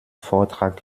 vortrag